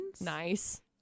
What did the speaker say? Nice